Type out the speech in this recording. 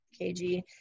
KG